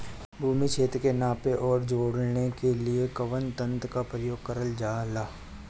भूमि क्षेत्र के नापे आउर जोड़ने के लिए कवन तंत्र का प्रयोग करल जा ला?